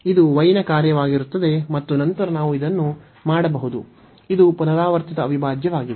ಇದು y ನ ಕಾರ್ಯವಾಗಿರುತ್ತದೆ ಮತ್ತು ನಂತರ ನಾವು ಇದನ್ನು ಮಾಡಬಹುದು ಇದು ಪುನರಾವರ್ತಿತ ಅವಿಭಾಜ್ಯವಾಗಿದೆ